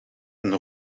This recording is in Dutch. een